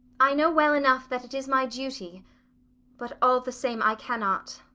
i know well enough that it is my duty but all the same i cannot.